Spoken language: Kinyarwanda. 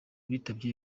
bitabye